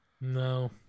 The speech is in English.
No